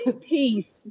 peace